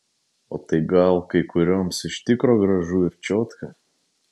o tai gal kai kurioms iš tikro gražu ir čiotka